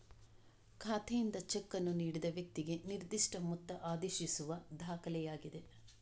ಖಾತೆಯಿಂದ ಚೆಕ್ ಅನ್ನು ನೀಡಿದ ವ್ಯಕ್ತಿಗೆ ನಿರ್ದಿಷ್ಟ ಮೊತ್ತ ಆದೇಶಿಸುವ ದಾಖಲೆಯಾಗಿದೆ